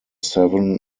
seven